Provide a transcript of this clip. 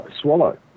swallow